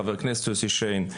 חבר הכנסת יוסי שיין.